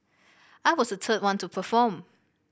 I was the third one to perform